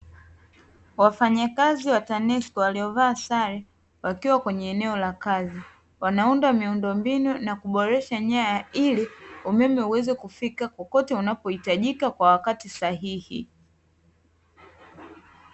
Wafanyakazi wa TANESCO waliovaa sare wakiwa kwenye eneo la kazi, wanaunda miundombinu na kuboresha nyaya, ili umeme uweze kufika kokote unakohitajika kwa wakati sahihi.